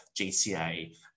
GCA